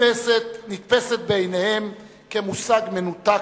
נתפסת בעיניהם כמושג מנותק,